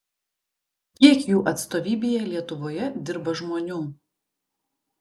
kiek jų atstovybėje lietuvoje dirba žmonių